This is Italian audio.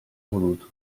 voluto